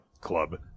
club